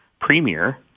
premier